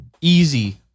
Easy